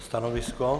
Stanovisko?